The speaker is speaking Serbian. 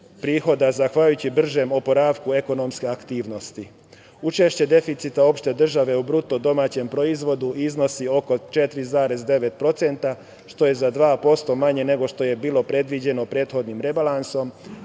zahvaljujući bržem oporavku ekonomske aktivnosti. Učešće deficita opšte države u BDP iznosi oko 4,9%, što je za 2% manje nego što je bilo predviđeno prethodnim rebalansom,